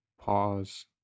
pause